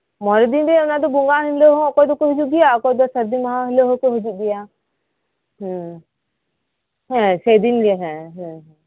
ᱢᱚᱲᱮ ᱫᱤᱱ ᱨᱮ ᱚᱱᱟᱫᱚ ᱵᱚᱸᱜᱟᱜ ᱦᱤᱞᱟᱹᱜ ᱦᱚᱸ ᱚᱠᱚᱭ ᱫᱚᱠᱚ ᱦᱤᱡᱩᱜ ᱜᱮᱭᱟ ᱚᱠᱚᱭ ᱫᱚ ᱥᱟᱹᱨᱫᱤ ᱢᱟᱦᱟ ᱦᱤᱞᱟᱹᱜ ᱦᱩᱠᱩ ᱦᱤᱡᱩᱜ ᱜᱮᱭᱟ ᱦᱮᱸ ᱦᱮᱸ ᱥᱮᱫᱤᱱ ᱜᱮ ᱦᱮᱸ ᱦᱮᱸ